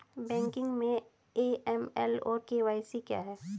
Banking में AML और KYC क्या हैं?